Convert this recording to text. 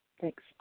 Thanks